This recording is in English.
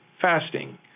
fasting